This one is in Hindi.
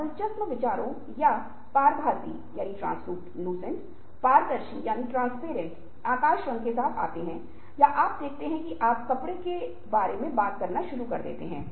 ठीक है निश्चित रूप से हम अपनी बात अपनी स्थिति भी दे सकते हैं लेकिन साथ ही साथ हमें दूसरों को सुनने के लिए एक अच्छा धैर्य भी होना चाहिएयह बहुत महत्वपूर्ण है